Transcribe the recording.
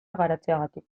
garatzeagatik